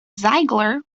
ziegler